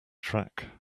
track